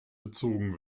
bezogen